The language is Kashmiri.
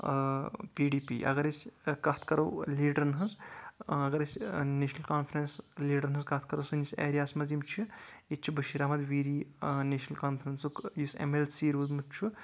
پی ڈی پی اَگر أسۍ کَتھ کَرو لیٖڈرَن ہٕنٛز اَگر أسۍ نیشنَل کانفرنس لیٖڈرَن ہٕنٛز کَتھ کَرو سٲنِس ایریاہَس منٛز یِم چھِ ییٚتہِ چُھ بشیر احمد ویری نیشنَل کانفرنسُک یُس ایم ایٚل سی روٗدمُت چھُ